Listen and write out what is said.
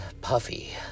puffy